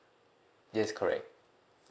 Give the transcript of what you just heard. yes correct